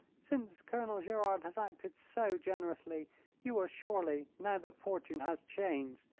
since colonel gerard has acted so generously you will surely, now that fortune has changed,